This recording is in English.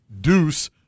Deuce